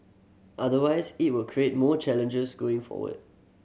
otherwise it will create more challenges going forward